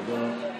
תודה.